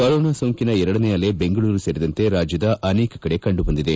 corona ಸೋಂಕಿನ ಎರಡನೆ ಅಲೆ ಬೆಂಗಳೂರು ಸೇರಿದಂತೆ ರಾಜ್ಯದ ಅನೇಕ ಕಡೆ ಕಂಡುಬಂದಿದೆ